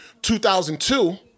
2002